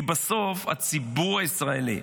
כי בסוף הציבור הישראלי,